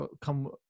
come